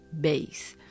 base